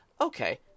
Okay